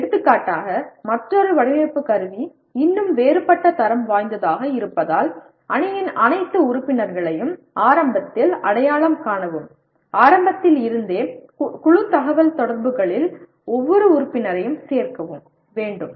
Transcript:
எடுத்துக்காட்டாக மற்றொரு வடிவமைப்பு கருவி இன்னும் வேறுபட்ட தரம் வாய்ந்ததாக இருப்பதால் அணியின் அனைத்து உறுப்பினர்களையும் ஆரம்பத்தில் அடையாளம் காணவும் ஆரம்பத்தில் இருந்தே குழு தகவல்தொடர்புகளில் ஒவ்வொரு உறுப்பினரையும் சேர்க்கவும் வேண்டும்